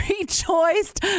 rejoiced